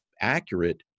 accurate